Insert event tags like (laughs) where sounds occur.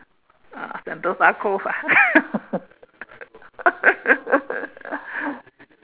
ah Sentosa cove ah (laughs)